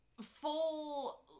full